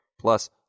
plus